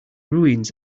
ruins